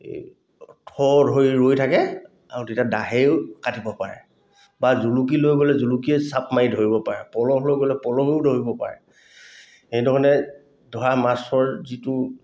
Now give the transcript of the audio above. এই থৰ ধৰি ৰৈ থাকে আৰু তেতিয়া দাহেও কাটিব পাৰে বা জুলুকি লৈ গ'লে জুলুকিয়ে চাপ মাৰি ধৰিব পাৰে পলহ লৈ গ'লে পলহেও ধৰিব পাৰে সেইধৰণে ধৰা মাছৰ যিটো